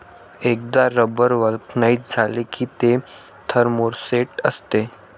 एकदा rubber vulcanize झाले की ते थर्मोसेट असते